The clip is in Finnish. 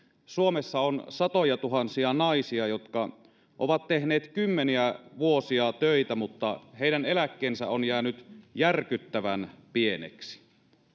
suomessa on satojatuhansia naisia jotka ovat tehneet kymmeniä vuosia töitä mutta heidän eläkkeensä on jäänyt järkyttävän pieneksi